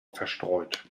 verstreut